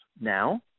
now